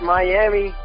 Miami